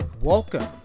Welcome